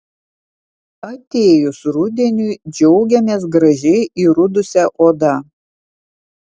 atėjus rudeniui džiaugiamės gražiai įrudusia oda